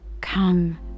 Come